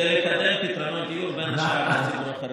כדי לקדם פתרונות דיור, בין השאר לציבור החרדי.